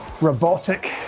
robotic